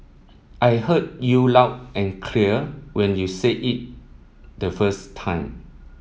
I heard you loud and clear when you said it the first time